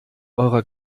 eurer